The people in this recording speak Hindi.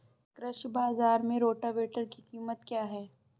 कृषि बाजार में रोटावेटर की कीमत क्या है?